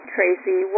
Tracy